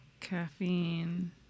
Caffeine